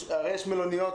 הרי יש מלוניות,